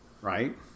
right